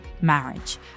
marriage